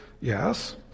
Yes